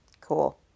cool